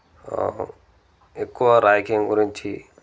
ఎక్కువ ర్యాగింగ్ గురించి